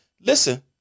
listen